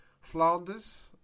Flanders